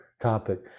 topic